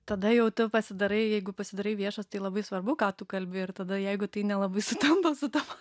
tada jau tu pasidarai jeigu pasidarei viešas tai labai svarbu ką tu kalbi ir tada jeigu tai nelabai sutampa su tavo